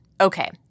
okay